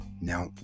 Now